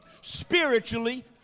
spiritually